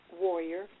warrior